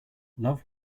love